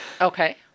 Okay